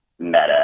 Meta